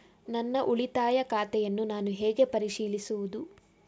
ನನ್ನ ಉಳಿತಾಯ ಖಾತೆಯನ್ನು ನಾನು ಹೇಗೆ ಪರಿಶೀಲಿಸುವುದು?